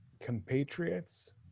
compatriots